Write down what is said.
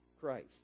Christ